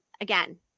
again